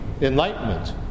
enlightenment